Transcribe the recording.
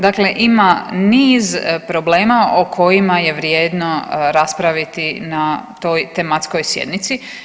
Dakle, ima niz problema o kojima je vrijedno raspraviti na toj tematskoj sjednici.